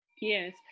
Yes